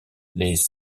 les